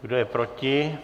Kdo je proti?